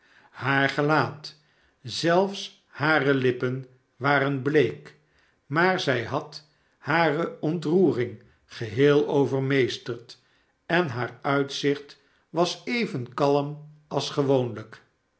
haar gelaat zelfs hare lippen waren bleek maar zij had hare ontroering geheel overmeesterd en haar uitzicht was even kalm als gewoonlijk